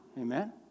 Amen